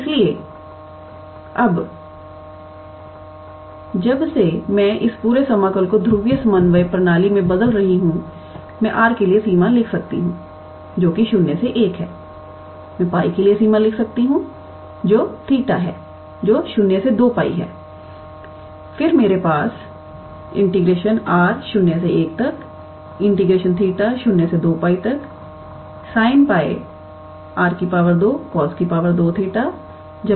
इसलिए अब जब से मैं इस पूरे समाकल को ध्रुवीय समन्वय प्रणाली में बदल रही हूं मैं r के लिए सीमा लिख सकती हूं जो कि 0 से 1 है मैं 𝜋 के लिए सीमा लिख सकती हूं जो 𝜃 है जो 0 से 2𝜋 है और फिर मेरे पास 𝑟01𝜃02𝜋 sin 𝜋𝑟 2 𝑐𝑜𝑠2𝜃 𝑠𝑖𝑛2𝜃𝑟𝑑𝑟𝑑𝜃